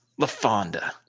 LaFonda